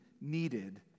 needed